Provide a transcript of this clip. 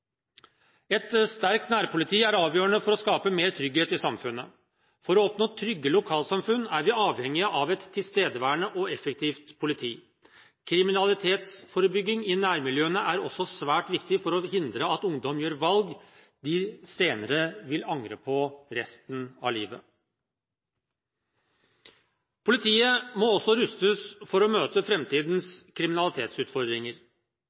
Et sterkt nærpoliti er avgjørende for å skape mer trygghet i samfunnet. For å oppnå trygge lokalsamfunn er vi avhengig av et tilstedeværende og effektivt politi. Kriminalitetsforebygging i nærmiljøene er også svært viktig for å hindre at ungdom gjør valg de vil angre på resten av livet. Politiet må også rustes for å møte